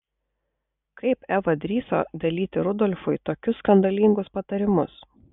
kaip eva drįso dalyti rudolfui tokius skandalingus patarimus